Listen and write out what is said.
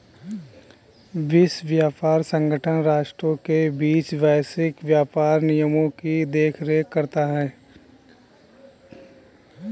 विश्व व्यापार संगठन राष्ट्रों के बीच वैश्विक व्यापार नियमों की देखरेख करता है